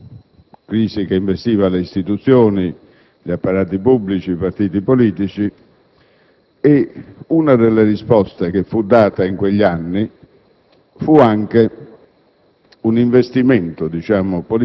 crisi che investiva le istituzioni, gli apparati pubblici e i partiti politici. Una delle risposte data in quegli anni fu un